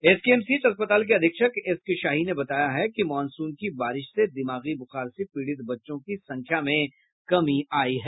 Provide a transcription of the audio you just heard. SKMCH अस्पताल के अधीक्षक एस के शाही ने बताया है कि मॉनसून की बारिश से दिमागी बुखार से पीड़ित बच्चों की संख्या में कमी आई है